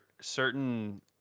certain